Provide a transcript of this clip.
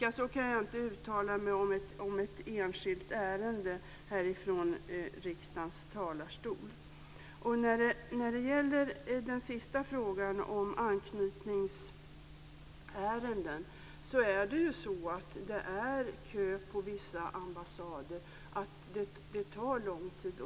Jag kan inte från riksdagens talarstol uttala mig om ett enskilt ärende. När det gäller den sista frågan, om anknytningsärenden, vill jag säga att det är kö på vissa ambassader, och det tar lång tid.